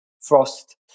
Frost